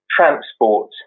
transport